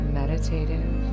meditative